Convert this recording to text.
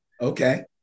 Okay